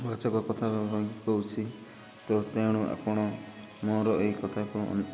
ବଚକ କଥା ହବା ପାଇଁକି କହୁଛି ତ ତେଣୁ ଆପଣ ମୋର ଏଇ କଥାକୁ